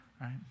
Right